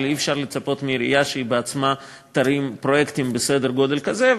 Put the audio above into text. אבל אי-אפשר לצפות מהעירייה שהיא בעצמה תרים פרויקטים בסדר גודל כזה.